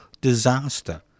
disaster